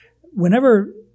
Whenever